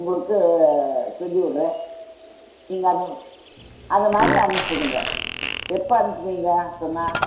உங்களுக்கு செஞ்சுவிட்றேன் நீங்கள் அது அதைமாரி அனுப்பிச்சு விடுங்க எப்போ அனுப்புவிங்க சொன்னால்